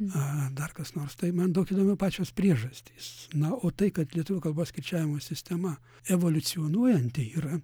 na dar kas nors tai man daug įdomiau pačios priežastys na o tai kad lietuvių kalbos kirčiavimo sistema evoliucionuojanti yra